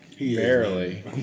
Barely